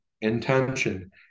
intention